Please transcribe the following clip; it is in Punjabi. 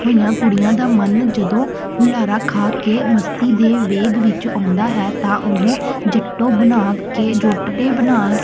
ਹੋਈਆਂ ਕੁੜੀਆਂ ਦਾ ਮਨ ਜਦੋਂ ਹੁਲਾਰਾ ਖਾ ਕੇ ਮਸਤੀ ਦੇ ਵੇਗ ਵਿੱਚ ਆਉਂਦਾ ਹੈ ਤਾਂ ਉਹ ਜੱਟੋ ਬਣਾ ਕੇ ਜੁੱਟ ਦੇ ਬਣਾ